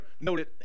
noted